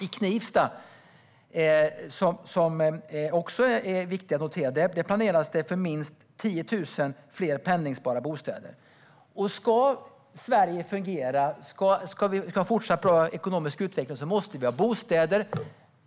I Knivsta planerar man för minst 10 000 fler pendlingsbara bostäder. Ska Sverige fungera och ha fortsatt bra ekonomisk utveckling måste vi ha bostäder, och